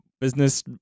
business